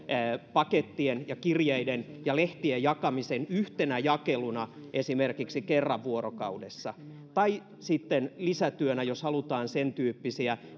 pakettien ja kirjeiden ja lehtien jakamisen yhtenä jakeluna esimerkiksi kerran vuorokaudessa tai sitten lisätyönä jos halutaan sentyyppisiä